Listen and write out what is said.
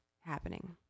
happening